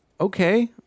okay